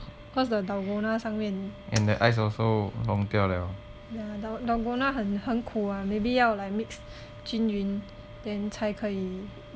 cause the dalgona 上面 yeah dalgona 很很苦 ah maybe 要 like mix 均匀 then 才可以